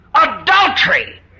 adultery